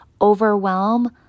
overwhelm